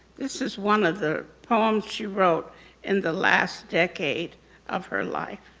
this is one of the poems she wrote in the last decade of her life.